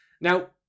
Now